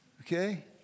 Okay